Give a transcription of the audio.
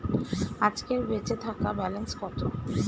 আজকের বেচে থাকা ব্যালেন্স কত?